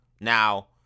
Now